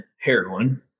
heroin